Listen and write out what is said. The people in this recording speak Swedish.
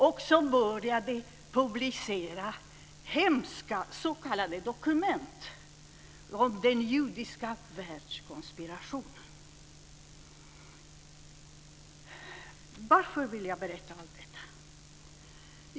De började publicera hemska s.k. Varför vill jag berätta om detta?